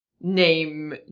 name